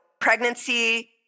pregnancy